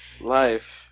Life